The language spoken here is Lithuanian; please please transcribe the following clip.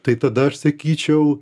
tai tada aš sakyčiau